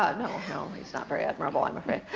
ah, no, he's not very admirable i'm afraid.